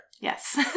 Yes